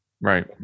right